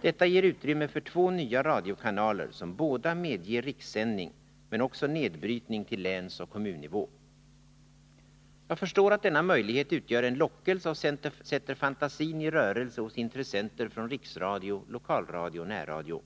Detta ger utrymme för två nya radiokanaler, som båda medger rikssändning men också nedbrytning till länsoch kommunnivå. Jag förstår att denna möjlighet utgör en lockelse och sätter fantasin i rörelse hos intressenter från riksradio, lokalradio och närradio.